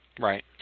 Right